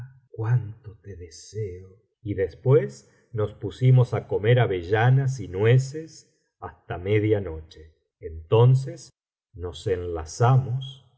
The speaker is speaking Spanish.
cuánto te deseo y después nos pusimos á comer avellanas y nueces hasta media noche entonces nos enlazamos